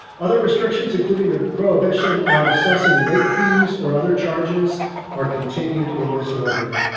other restrictions, including the prohibition on assessing late fees or other charges are continued in this order.